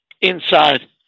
Inside